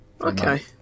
Okay